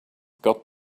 got